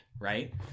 right